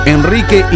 Enrique